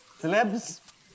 celebs